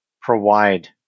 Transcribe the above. provide